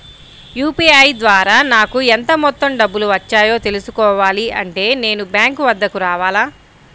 UPI ద్వారా నాకు ఎంత మొత్తం డబ్బులు వచ్చాయో తెలుసుకోవాలి అంటే నేను బ్యాంక్ వద్దకు రావాలా?